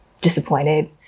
disappointed